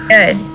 good